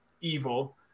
evil